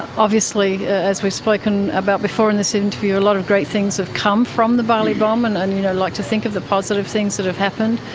obviously as we've spoken about before in this interview, a lot of great things have come from the bali bomb. and and, you know, i like to think of the positive things that have happened,